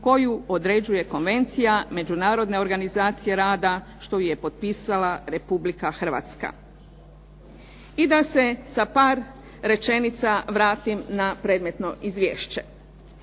koju određuje Konvencija međunarodne organizacije rada što ju je potpisala Republika Hrvatska. I da se sa par rečenica vratim na predmetno izvješće.